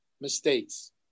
mistakes